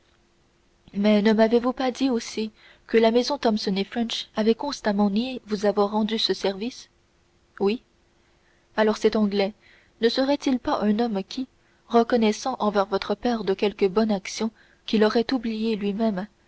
mais ne m'avez-vous pas dit aussi que la maison thomson et french avait constamment nié vous avoir rendu ce service oui alors cet anglais ne serait-il pas un homme qui reconnaissant envers votre père de quelque bonne action qu'il aurait oubliée lui-même